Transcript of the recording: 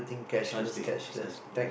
precisely precisely